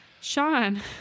Sean